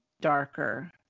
darker